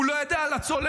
הוא לא ידע על הצוללות,